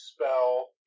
spell